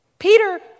Peter